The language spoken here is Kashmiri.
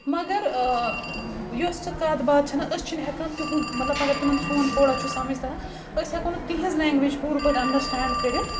مگر یۄس تہِ کَتھ باتھ چھَنا أسۍ چِھنہٕ ہؠکان تِہُنٛد مَطلب اَگر تِمَن سون تھوڑا چھُ سمٕج تَران أسۍ ہؠکو نہٕ تِہٕنٛز لؠنٛگویج پوٗرٕ پٲٹھۍ اَنڈَرسٕٹینٛڈ کٔرِتھ